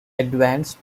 advanced